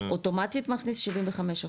אוטומטית, מכניס 75 אחוז.